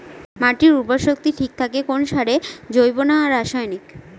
মাটির উর্বর শক্তি ঠিক থাকে কোন সারে জৈব না রাসায়নিক?